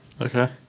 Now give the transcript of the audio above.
Okay